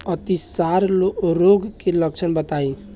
अतिसार रोग के लक्षण बताई?